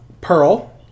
Pearl